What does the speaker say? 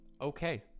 Okay